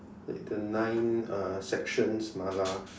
like the nine uh sections Mala